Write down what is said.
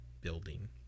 building